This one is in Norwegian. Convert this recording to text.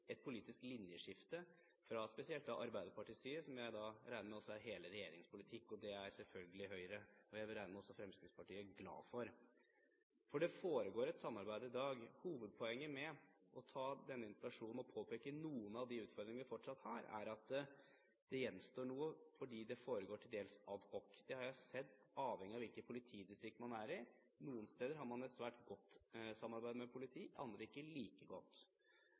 et politisk linjeskifte, fra spesielt Arbeiderpartiets side, som jeg da regner med også er hele regjeringens politikk. Det er selvfølgelig Høyre – og jeg vil regne med også Fremskrittspartiet – glad for. Det foregår et samarbeid i dag. Hovedpoenget med å ta denne interpellasjonen og påpeke noen av de utfordringene vi fortsatt har, er at det gjenstår noe fordi det foregår til dels ad hoc. Det har jeg sett, avhengig av hvilket politidistrikt man er i. Noen steder har man et svært godt samarbeid med politiet, andre steder ikke like godt.